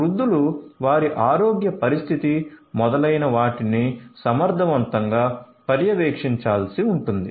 వృద్ధులు వారి ఆరోగ్య పరిస్థితి మొదలైనవాటిని సమర్థవంతంగా పర్యవేక్షించాల్సి ఉంటుంది